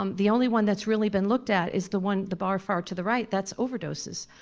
um the only one that's really been looked at is the one, the bar far to the right, that's overdoses,